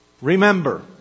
remember